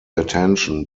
attention